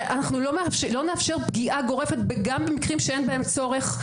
ואנחנו לא נאפשר פגיעה גורפת גם במקרים שאין בהם צורך.